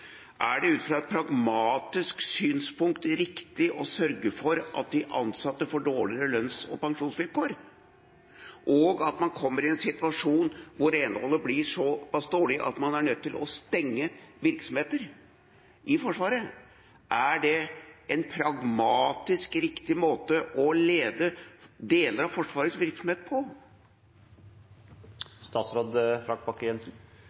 Er det ut fra et pragmatisk synspunkt riktig å sørge for at de ansatte får dårligere lønns- og pensjonsvilkår, og at man kommer i en situasjon hvor renholdet blir såpass dårlig at man er nødt til å stenge virksomheter i Forsvaret? Er det en pragmatisk riktig måte å lede deler av Forsvarets virksomhet på?